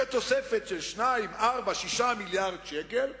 זו תוספת של 2, 4, 6 מיליארדי שקל,